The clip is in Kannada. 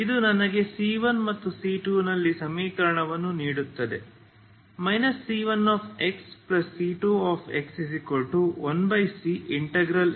ಇದು ನನಗೆ c1ಮತ್ತು c2 ನಲ್ಲಿ ಸಮೀಕರಣವನ್ನು ನೀಡುತ್ತದೆ c1xc2x1cx0xgsdsc2x0 c1